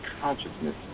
consciousness